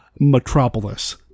Metropolis